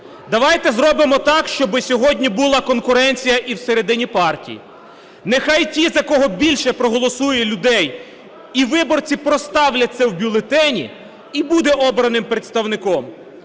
Давайте зробимо так, щоби сьогодні була конкуренція і всередині партій. Нехай ті, за кого більше проголосує людей і виборці проставлять це в бюлетені, і буде обраним представником.